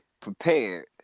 prepared